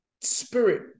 spirit